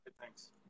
thanks